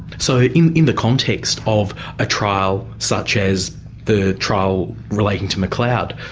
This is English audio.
so in in the context of a trial such as the trial relating to mcleod,